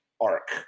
arc